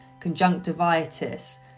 conjunctivitis